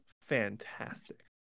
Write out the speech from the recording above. fantastic